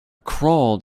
crawled